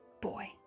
boy